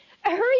Hurry